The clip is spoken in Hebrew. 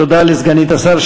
תודה לסגנית השר.